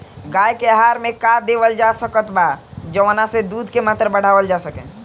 गाय के आहार मे का देवल जा सकत बा जवन से दूध के मात्रा बढ़ावल जा सके?